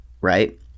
right